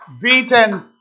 beaten